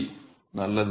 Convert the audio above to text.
மாணவர் நல்லது